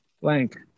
blank